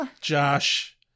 Josh